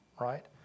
right